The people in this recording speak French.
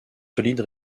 solide